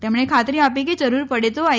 તેમણે ખાતરી આપી કે જરૂર પડે તો આઇ